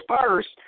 first